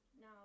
No